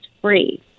free